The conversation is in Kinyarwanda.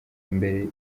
mbere